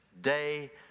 day